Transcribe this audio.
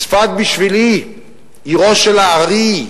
צפת בשבילי היא עירו של האר"י,